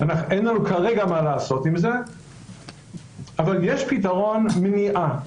אין לנו כרגע מה לעשות עם זה אבל יש פתרון מניעה.